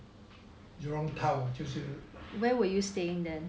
jurong town 就是